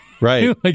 right